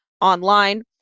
online